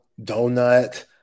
donut